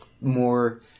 more